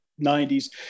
90s